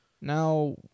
Now